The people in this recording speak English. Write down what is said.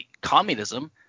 communism